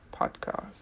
Podcast